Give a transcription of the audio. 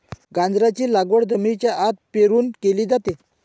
गाजराची लागवड जमिनीच्या आत पेरून केली जाते